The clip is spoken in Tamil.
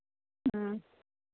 ம்